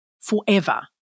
forever